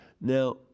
Now